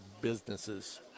businesses